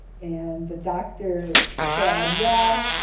and the doctor said, well,